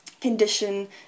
condition